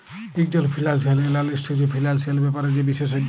ইকজল financial analyst হছে financial ব্যাপারে যে বিশেষজ্ঞ